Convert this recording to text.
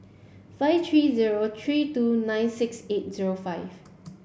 five three zero three two nine six eight zero five